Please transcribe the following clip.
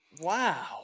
Wow